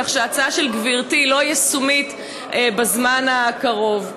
כך שההצעה של גברתי לא ישימה בזמן הקרוב.